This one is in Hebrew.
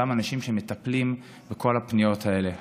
אותם אנשים שמטפלים בכל הפניות האלה,